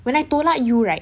when I tolak you right